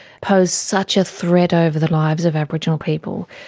posed such a threat over the lives of aboriginal people,